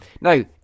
Now